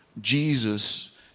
Jesus